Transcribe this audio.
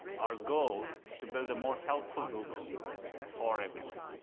our goal is to build a more helpful google for everyone.